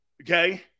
okay